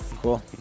Cool